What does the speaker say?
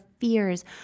fears